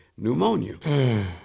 pneumonia